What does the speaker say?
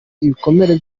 ibikomere